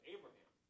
Abraham